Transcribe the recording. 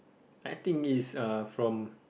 I think it's uh from